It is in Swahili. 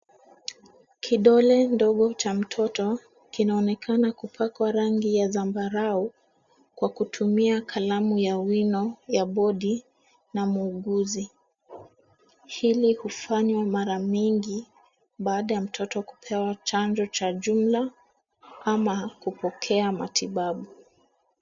Kidole ndogo cha mtoto kinaonekana kupakwa rangi ya zambarau kwa kutumia kalamu ya wino ya bodi na muuguzi. Hili hufanywa mara mingi baada ya mtoto kupewa chanjo cha jumla ama kupokea matibabu.